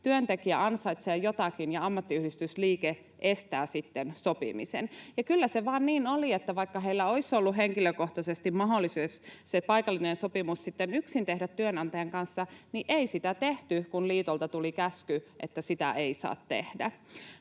työntekijä ansaitsee jotakin ja ammattiyhdistysliike estää sitten sopimisen. Ja kyllä se vaan niin oli, että vaikka heillä olisi ollut henkilökohtaisesti mahdollisuus tehdä se paikallinen sopimus yksin työnantajan kanssa, niin ei sitä tehty, kun liitolta tuli käsky, että sitä ei saa tehdä.